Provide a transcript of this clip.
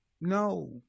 No